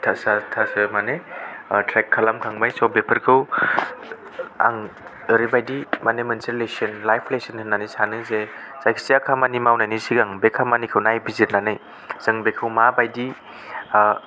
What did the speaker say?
सारिथासो माने ट्रेक खालाम खांबाय स' बेफोरखौ आं ओरैबायदि माने मोनसे लाइफ लेस'न होननानै सानो जे जायखिया खामानि मावनायनि सिगां बे खामानिखौ नायबिजिरनानै जों बेखौ माबायदि